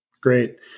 Great